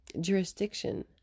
jurisdiction